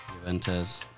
Juventus